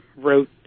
wrote